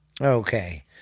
okay